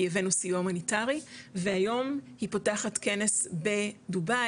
כי הבאנו סיוע הומניטרי והיום היא פותחת כנס בדובאי